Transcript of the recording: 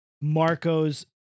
Marco's